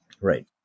Right